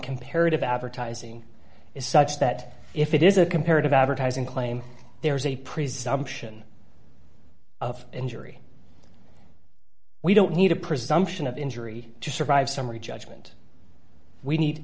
comparative advertising is such that if it is a comparative advertising claim there is a presumption of injury we don't need a presumption of injury to survive summary judgment we need